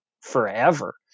forever